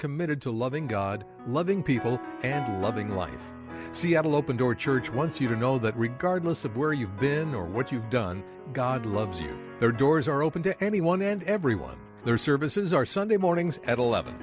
committed to loving god loving people and loving life seattle open door church once you know that regardless of where you've been or what you've done god loves their doors are open to anyone and everyone their services are sunday mornings at eleven